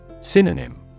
Synonym